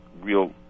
real